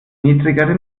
niedrigere